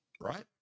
right